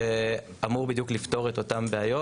שאמור בדיוק לפתור את אותן בעיות.